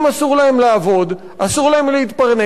אם אסור להם לעבוד, אסור להם להתפרנס,